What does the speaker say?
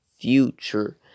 future